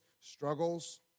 struggles